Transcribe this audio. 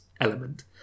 element